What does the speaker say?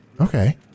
Okay